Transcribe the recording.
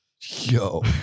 Yo